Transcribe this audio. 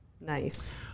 Nice